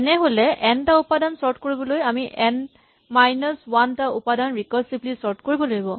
এনে হ'লে এন টা উপাদান চৰ্ট কৰিবলৈ আমি এন মাইনাচ ৱান টা উপাদান ৰিকাৰছিভলী চৰ্ট কৰিব লাগিব